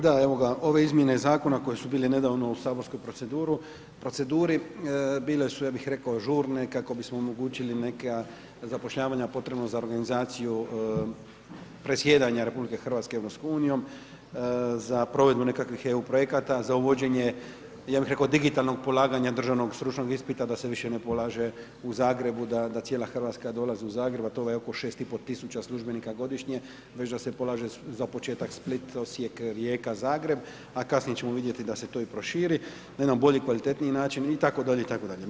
Da, evo ga, ove izmjene zakona koje su bile nedavno u saborsku proceduri bile su, ja bih rekao žurne kako bismo omogućili neka zapošljavanja potrebno za organizaciju predsjedanja RH EU-om, za provedbu nekakvih EU projekata, za uvođenje, ja bih rekao, digitalnog polaganja državnog stručnog ispita, da se više ne polaže u Zagrebu, da cijela Hrvatska dolazi u Zagreb, a to je oko 6,5 tisuća službenika godišnje, već da se polaže za početak, Split, Osijek, Rijeka, Zagreb, a kasnije ćemo vidjeti da se to i proširi na jedan bolji i kvalitetniji način itd., itd.